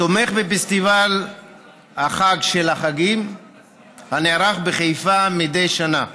תומך בפסטיבל החג של החגים הנערך בחיפה מדי שנה